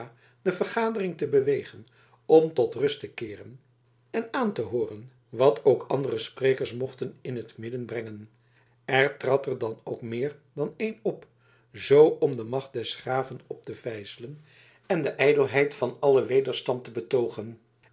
de vergadering te bewegen om tot rust te keeren en aan te hooren wat ook andere sprekers mochten in t midden brengen er trad er dan ook meer dan een op zoo om de macht des graven op te vijzelen en de ijdelheid van allen wederstand te betoogen